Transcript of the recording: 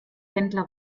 händler